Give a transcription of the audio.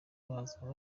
bazaba